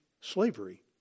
slavery